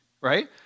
Right